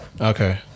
Okay